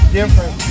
different